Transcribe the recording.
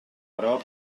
però